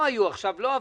לא עבדו.